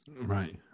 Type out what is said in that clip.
Right